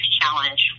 challenge